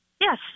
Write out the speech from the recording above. Yes